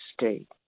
State